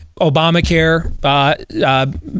Obamacare